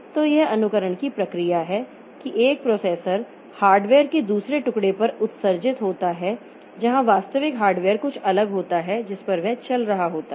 तो यह अनुकरण की प्रक्रिया है कि एक प्रोसेसर हार्डवेयर के दूसरे टुकड़े पर उत्सर्जित होता है जहां वास्तविक हार्डवेयर कुछ अलग होता है जिस पर वह चल रहा होता है